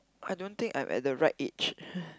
I don't think I'm at the right age